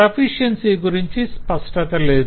sufficiency గురించి స్పష్టత లేదు